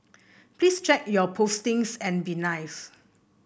please check your postings and be nice